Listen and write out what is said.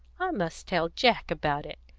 i must tell jack about it.